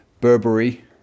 Burberry